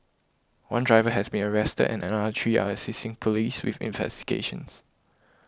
one driver has been arrested and another three are assisting police with investigations